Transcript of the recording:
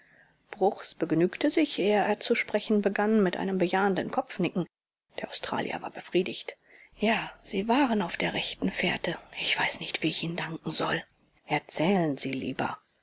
bruchs begnügte sich ehe er zu sprechen begann mit einem bejahenden kopfnicken der australier war befriedigt ja sie waren auf der rechten fährte ich weiß nicht wie ich ihnen danken soll erzählen sie lieber